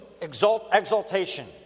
exaltation